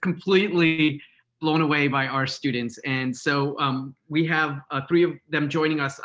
completely blown away by our students. and so um we have ah three of them joining us.